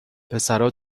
پسرا